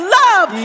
love